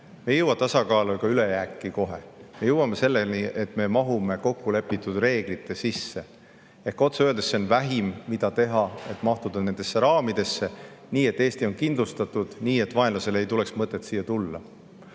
ei jõua tasakaalu või ülejääki kohe, me jõuame selleni, et me mahume kokkulepitud reeglite sisse. Otse öeldes on see vähim, mida teha, et mahtuda nendesse raamidesse, nii et Eesti on kindlustatud, nii et vaenlasel ei oleks mõtet siia tulla.